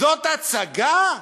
זאת הצגה?